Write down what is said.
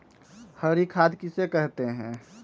हरी खाद किसे कहते हैं?